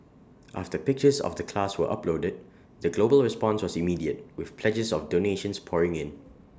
after pictures of the class were uploaded the global response was immediate with pledges of donations pouring in